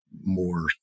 more